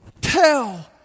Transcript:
Tell